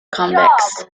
convex